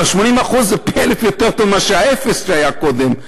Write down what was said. אבל 80% זה פי-אלף יותר טוב מהאפס שהיה קודם.